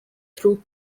threw